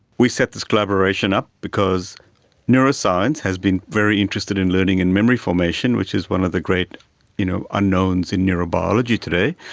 we set this collaboration up because neuroscience has been very interested in learning and memory formation, which is one of the great you know unknowns in neurobiology today,